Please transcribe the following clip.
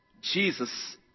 Jesus